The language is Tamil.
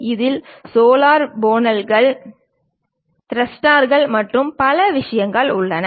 இதில் சோலார் பேனல்கள் த்ரஸ்டர்கள் மற்றும் பல விஷயங்கள் உள்ளன